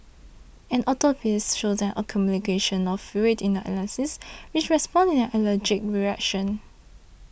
an autopsy showed an accumulation of fluid in her larynx which corresponds an allergic reaction